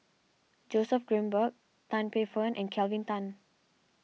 Joseph Grimberg Tan Paey Fern and Kelvin Tan